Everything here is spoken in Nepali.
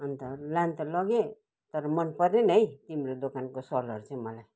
अन्त लानु त लगेँ तर मन परेन है तिम्रो दोकानको सलहरू चाहिँ मलाई